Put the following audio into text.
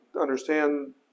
understand